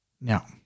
Now